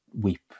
weep